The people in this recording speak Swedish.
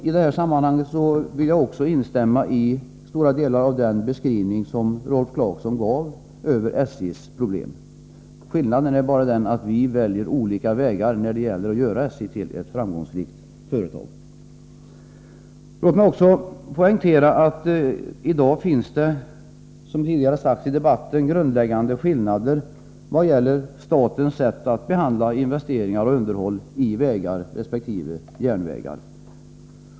I det här sammanhanget vill jag till stora delar instämma i den beskrivning som Rolf Clarkson gjorde av SJ:s problem. Skillnaden är den att vi väljer olika vägar när det gäller att göra SJ till ett framgångsrikt företag. Låt mig också poängtera att det i dag — som tidigare sagts i debatten — finns grundläggande skillnader i statens sätt att behandla investeringar och underhåll i vägar och i järnvägar.